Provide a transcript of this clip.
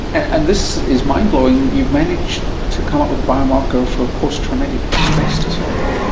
and this is mind-blowing, you've managed to come up with a biomarker for posttraumatic stress disorder?